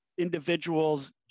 Individuals